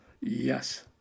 Yes